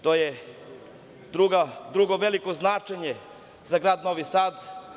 To je drugo veliko značenje za grad Novi Sad.